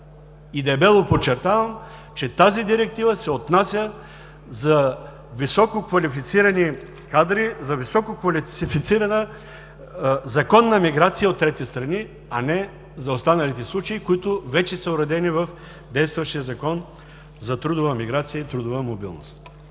и дебело подчертавам, че тази директива се отнася за висококвалифицирани кадри, за висококвалифицирана законна миграция от трети страни, а не за останалите случаи, които вече са уредени в действащия Закон за трудовата миграция и трудовата мобилност.